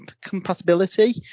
compatibility